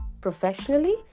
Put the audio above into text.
professionally